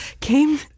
came